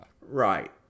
Right